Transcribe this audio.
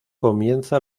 comienza